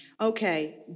Okay